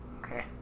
Okay